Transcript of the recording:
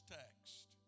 text